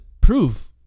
prove